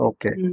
Okay